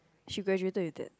she graduated with it